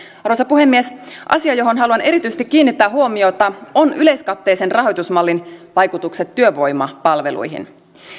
arvoisa puhemies asia johon haluan erityisesti kiinnittää huomiota on yleiskatteellisen rahoitusmallin vaikutukset työvoimapalveluihin